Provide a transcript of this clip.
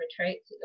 retreats